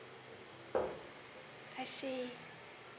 I see